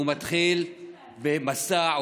הוא מתחיל במסע,